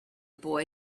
boy